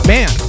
Man